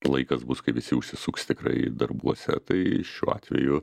laikas bus kai visi užsisuks tikrai darbuose tai šiuo atveju